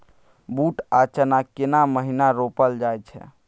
बूट आ चना केना महिना रोपल जाय छै?